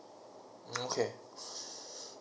okay